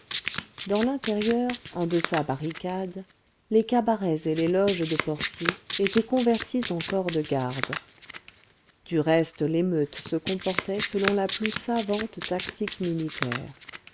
dans l'intérieur en deçà barricades les cabarets et les loges de portiers étaient convertis en corps de garde du reste l'émeute se comportait selon la plus savante tactique militaire